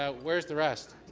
ah where's the rest?